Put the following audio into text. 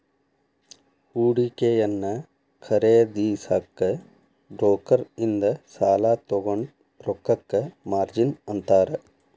ಹೂಡಿಕೆಯನ್ನ ಖರೇದಿಸಕ ಬ್ರೋಕರ್ ಇಂದ ಸಾಲಾ ತೊಗೊಂಡ್ ರೊಕ್ಕಕ್ಕ ಮಾರ್ಜಿನ್ ಅಂತಾರ